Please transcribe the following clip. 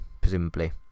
presumably